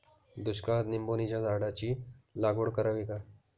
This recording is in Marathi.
दुष्काळात निंबोणीच्या झाडाची लागवड करावी का?